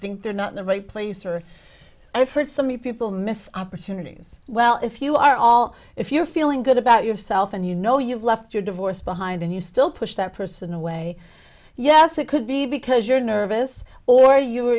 think they're not the right place or i've heard so many people miss opportunities well if you are all if you're feeling good about yourself and you know you've left your divorce behind and you still push that person away yes it could be because you're nervous or you